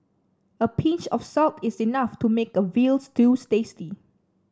a pinch of salt is enough to make a veal stew tasty